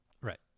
Right